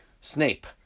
Snape